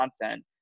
content